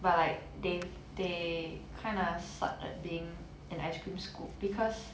but like they they kinda suck at being an ice cream scoop because